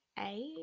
Eight